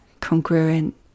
congruent